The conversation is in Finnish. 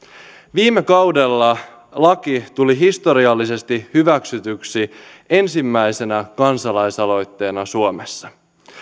viime kaudella laki tuli historiallisesti hyväksytyksi ensimmäisenä kansalaisaloitteena suomessa